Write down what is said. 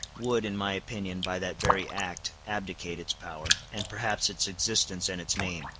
would, in my opinion, by that very act, abdicate its power, and perhaps its existence and its name